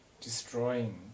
destroying